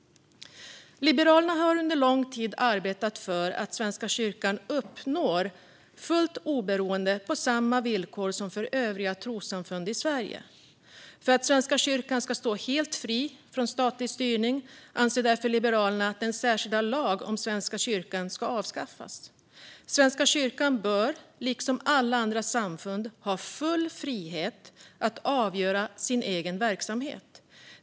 Liberalerna har under lång tid arbetat för att Svenska kyrkan ska uppnå fullt oberoende på samma villkor som övriga trossamfund i Sverige. För att Svenska kyrkan ska stå helt fri från statlig styrning anser därför Liberalerna att den särskilda lagen om Svenska kyrkan ska avskaffas. Svenska kyrkan bör, liksom alla andra samfund, ha full frihet att avgöra sin egen verksamhet.